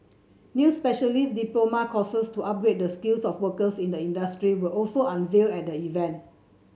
new specialist diploma courses to upgrade the skills of workers in the industry were also unveiled at the event